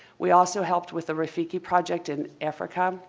we also helped with the rafique project in africa.